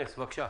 בבקשה.